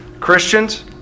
Christians